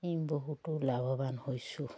আমি বহুতো লাভৱান হৈছোঁ